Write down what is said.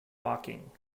woking